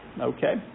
Okay